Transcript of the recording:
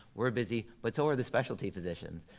we're busy, but so are the specialty physicians.